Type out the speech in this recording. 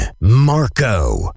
Marco